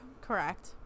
Correct